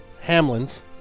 Hamlin's